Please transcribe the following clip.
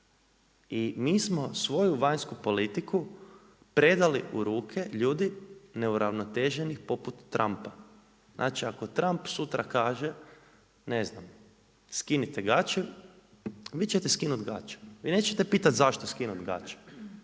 I mi smo svoju vanjsku politiku, predali u ruke ljudi neuravnoteženih poput Trumpa. Znači ako Trump sutra kaže ne znam, skinite gače, vi ćete skinuti gače i nećete pitati zašto skinut gače